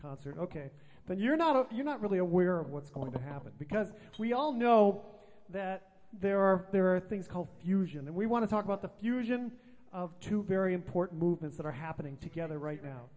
concert ok but you're not if you're not really aware of what's going to happen because we all know that there are there are things called fusion that we want to talk about the fusion of two very important movements that are happening together right now